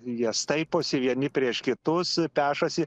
jie staiposi vieni prieš kitus pešasi